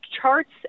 charts